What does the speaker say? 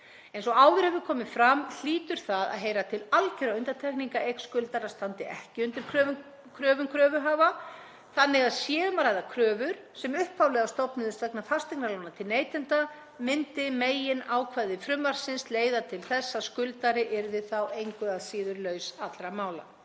Eins og áður hefur komið fram hlýtur það að heyra til algjörra undantekninga að eign skuldara standi ekki undir kröfum kröfuhafa þannig að sé um að ræða kröfur sem upphaflega stofnuðust vegna fasteignalána til neytenda myndi meginákvæði frumvarpsins leiða til þess að skuldari yrði þá engu að síður laus allra mála.